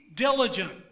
diligent